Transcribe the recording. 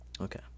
okay